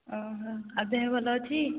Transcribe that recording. ଓହୋ ଆଉ ଦେହ ଭଲ ଅଛି